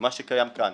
מה שקיים כאן.